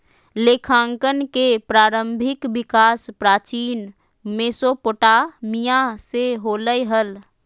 लेखांकन के प्रारंभिक विकास प्राचीन मेसोपोटामिया से होलय हल